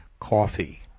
Coffee